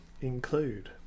include